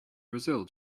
brazil